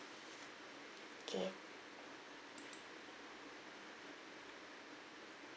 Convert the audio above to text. okay